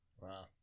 Wow